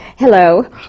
Hello